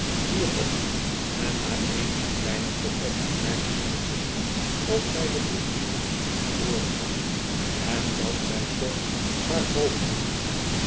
hierop en na eenige kleine coquette aarzelingetjes of zij den brief misschien verloren had en dat zij toch maar hoopte